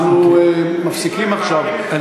אנחנו מפסיקים עכשיו,